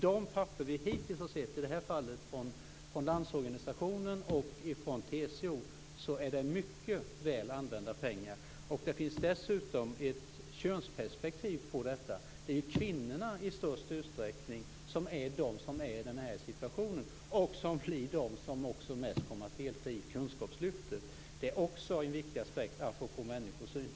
De papper som vi i det här fallet har sett från Landsorganisationen och TCO visar att det är mycket väl använda pengar. Dessutom finns här ett könsperspektiv. Det är nämligen kvinnorna som i största utsträckning är i den här situationen och som blir de som mest kommer att delta i kunskapslyftet. Detta är också en viktig aspekt apropå detta med människosyn.